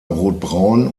rotbraun